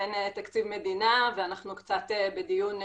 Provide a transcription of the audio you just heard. אין תקציב מדינה ואנחנו קצת בדיון,